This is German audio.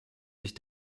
sich